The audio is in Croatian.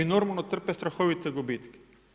I normalno trpe strahovite gubitke.